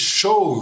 show